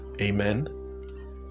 Amen